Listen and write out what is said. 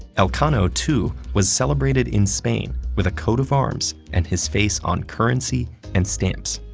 elcano, too, was celebrated in spain with a coat of arms and his face on currency and stamps.